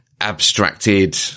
abstracted